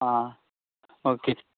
आं ओके